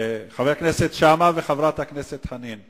חבר הכנסת שאמה וחברת הכנסת חנין.